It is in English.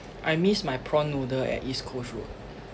I miss my prawn noodle at east coast road